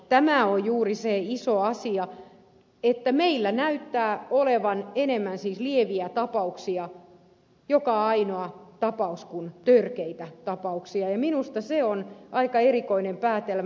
tämä on juuri se iso asia että meillä näyttää siis olevan enemmän lieviä tapauksia kuin törkeitä tapauksia ja minusta se on aika erikoinen päätelmä